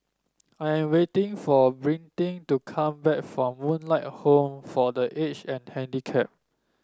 I am waiting for Britni to come back from Moonlight Home for The Aged and Handicapped